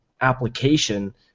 application